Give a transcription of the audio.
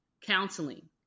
counseling